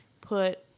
put